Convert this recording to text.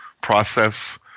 process